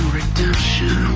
redemption